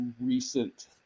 recent